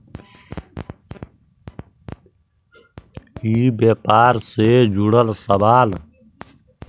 ई व्यापार से जुड़ल सवाल?